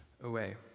away